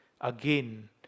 again